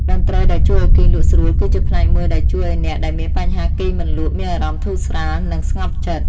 តន្ត្រីដែលជួយឱ្យគេងលក់ស្រួលគឺជាផ្នែកមួយដែលជួយឱ្យអ្នកដែលមានបញ្ហាគេងមិនលក់មានអារម្មណ៍ធូរស្រាល និង ស្ងប់ចិត្ត។